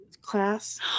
class